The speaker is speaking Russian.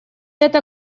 это